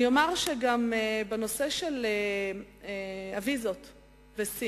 אני אומר גם בנושא של הוויזות לסין: